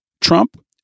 Trump